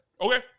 Okay